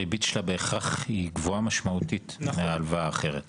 הריבית שלה בהכרח היא גבוהה משמעותית מהלוואה אחרת.